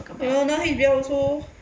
eh now he also